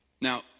Now